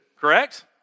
Correct